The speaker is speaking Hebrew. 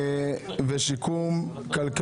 על שתיים?